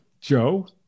Joe